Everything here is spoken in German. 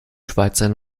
schweizer